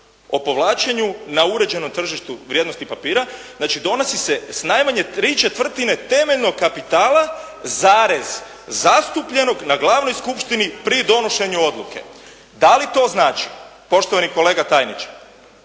o povlačenju na uređenom tržištu vrijednosnih papira, znači donosi se s najmanje ¾ temeljnog kapitala, zastupljenog na glavnoj skupštini pri donošenju odluke. Da li to znači poštovani kolega tajniče,